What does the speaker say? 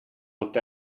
looked